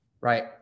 Right